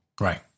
right